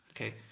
Okay